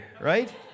right